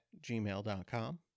gmail.com